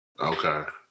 Okay